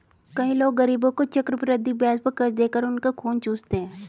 कई लोग गरीबों को चक्रवृद्धि ब्याज पर कर्ज देकर उनका खून चूसते हैं